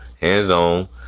hands-on